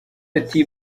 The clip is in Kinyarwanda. ati